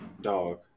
dog